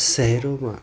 શહેરોમાં